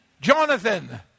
Jonathan